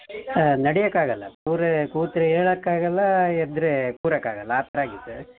ನಡಿಯಕ್ಕಾಗಲ್ಲ ಕೂರ್ ಕೂತರೆ ಏಳಕ್ಕಾಗಲ್ಲ ಎದ್ದರೆ ಕೂರಕ್ಕಾಗಲ್ಲ ಆ ಥರ ಆಗಿದೆ